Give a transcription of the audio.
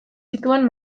zituen